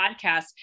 podcast